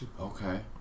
Okay